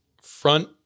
front